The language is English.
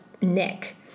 Nick